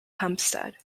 hempstead